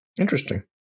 interesting